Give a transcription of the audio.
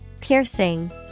Piercing